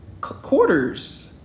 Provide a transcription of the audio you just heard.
Quarters